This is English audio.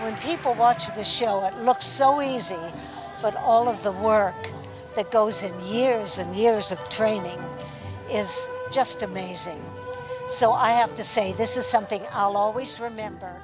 when people watch the show looks so easy but all of the work that those years and years of training is just amazing so i have to say this is something i'll always remember